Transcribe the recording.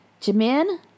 Jimin